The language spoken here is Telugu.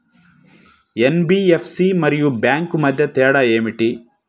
ఎన్.బీ.ఎఫ్.సి మరియు బ్యాంక్ మధ్య తేడా ఏమిటీ?